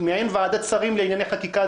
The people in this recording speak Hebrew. זה עבר מעין ועדת שרים לענייני חקיקה,